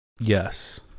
yes